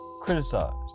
criticized